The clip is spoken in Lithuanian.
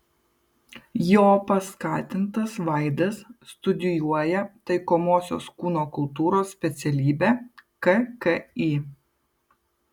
jo paskatintas vaidas studijuoja taikomosios kūno kultūros specialybę kki